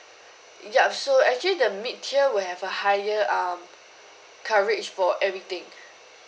yup so actually the mid tier will have a higher um coverage for everything